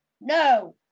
no